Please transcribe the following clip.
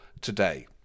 today